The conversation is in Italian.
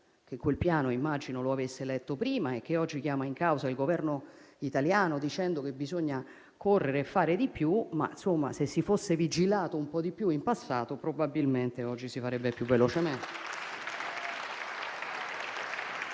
che immagino quel Piano lo abbia letto prima e oggi chiama in causa il Governo italiano, dicendo che bisogna correre e fare di più. Insomma, se si fosse vigilato un po' di più in passato, probabilmente oggi si farebbe più velocemente.